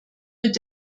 mit